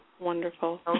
Wonderful